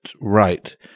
right